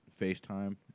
FaceTime